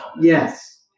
Yes